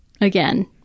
again